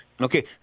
Okay